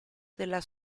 della